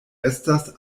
estas